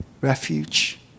refuge